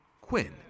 Quinn